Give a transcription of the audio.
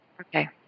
Okay